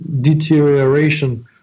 deterioration